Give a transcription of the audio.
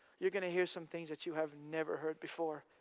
you're going to hear some things that you have never heard before.